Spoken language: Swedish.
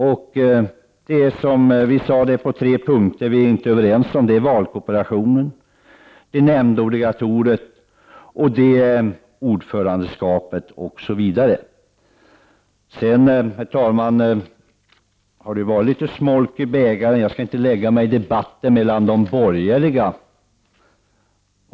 Det är på tre punkter som vi inte är överens, och det är i fråga om valkorporationen, nämndobligatoriet och ordförandeskapet. Det har ju, herr talman, varit litet smolk i bägaren. Jag skall inte lägga mig i debatten mellan de borgerliga partierna.